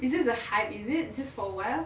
is it a hype or is it just for a while